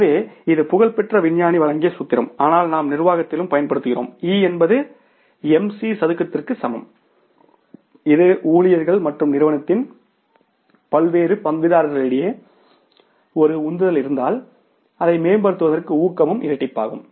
எனவே இது புகழ்பெற்ற விஞ்ஞானி வழங்கிய சூத்திரம் ஆனால் நாம் நிர்வாகத்திலும் பயன்படுத்துகிறோம் E என்பது MC ஸ்கொயர்க்கு சமம் இது ஊழியர்கள் மற்றும் நிறுவனத்தின் பல்வேறு பங்குதாரர்களிடையே ஒரு உந்துதல் இருந்தால் அதை மேம்படுத்துவதற்கு ஊக்கமும் இரட்டிப்பாகும்